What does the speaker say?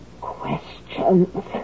questions